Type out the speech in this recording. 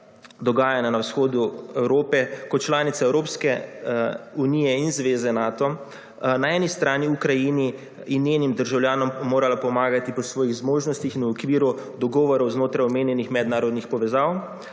dogajanja na vzhodu Evrope kot članica Evropske unije in Zveze Nato, na eni strani Ukrajini in njenim državljanom morala pomagati po svojih zmožnostih in v okviru dogovorov znotraj omenjenih mednarodnih povezav,